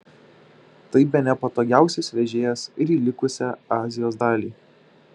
tai bene patogiausias vežėjas ir į likusią azijos dalį